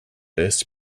this